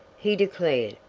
he declared.